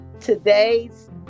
today's